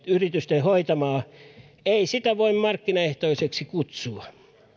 yritysten hoitamaa ei sitä voi markkinaehtoiseksi kutsua